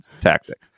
tactic